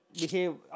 behave